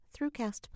Throughcast